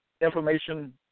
Information